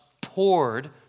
poured